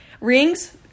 Rings